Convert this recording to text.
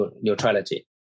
neutrality